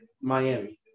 Miami